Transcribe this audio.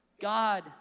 God